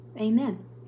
amen